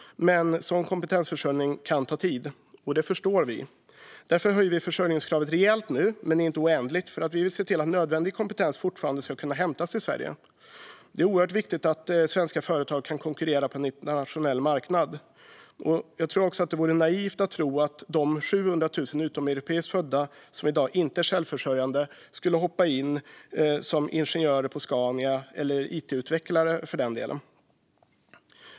Men att kompetensförsörjning kan ta tid förstår vi, och därför höjer vi försörjningskravet rejält, men inte oändligt, för att nödvändig kompetens fortfarande ska kunna hämtas till Sverige. Det är oerhört viktigt att svenska företag kan konkurrera på en internationell marknad. Det vore naivt att tro att de 700 000 utomeuropeiskt födda som i dag inte är självförsörjande skulle kunna hoppa in som ingenjörer på Scania eller som it-utvecklare.